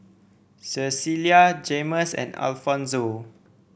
Cecilia Jaymes and Alfonso